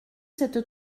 cette